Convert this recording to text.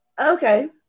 okay